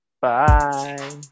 Bye